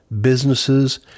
businesses